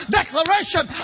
declaration